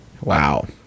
Wow